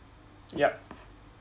yup